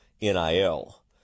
NIL